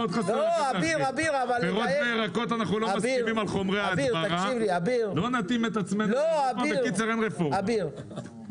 לעניין חומרי הדברה ביקשו להוציא את הבשר,